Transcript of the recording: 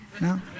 no